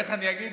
איך אני אגיד?